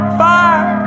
fire